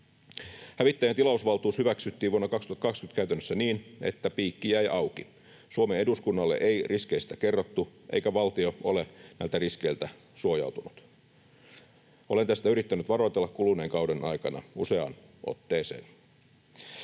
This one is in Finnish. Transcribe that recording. Hävittäjien tilausvaltuus hyväksyttiin vuonna 2020 käytännössä niin, että piikki jäi auki. Suomen eduskunnalle ei riskeistä kerrottu eikä valtio ole näiltä riskeiltä suojautunut. Olen tästä yrittänyt varoitella kuluneen kauden aikana useaan otteeseen.